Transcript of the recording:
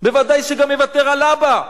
ודאי שגם יוותר על אבא.